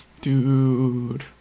Dude